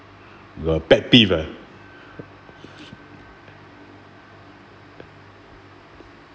got pet peeve ah